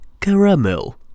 Caramel